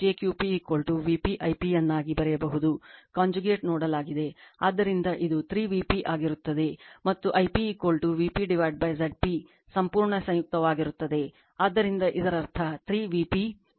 P p jQ p Vp I p ಅನ್ನಾಗಿ ಬರೆಯಬಹುದು conjugate ನೋಡಲಾಗಿದೆ ಆದ್ದರಿಂದ ಅದು 3 Vp ಆಗಿರುತ್ತದೆ ಮತ್ತು I p Vp Zp ಸಂಪೂರ್ಣ ಸಂಯುಕ್ತವಾಗಿರುತ್ತದೆ ಆದ್ದರಿಂದ ಇದರರ್ಥ 3 Vp Vp conjugate Zp conjugate